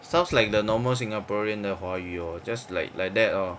sounds like the normal singaporean 的华语 lor just like like that lor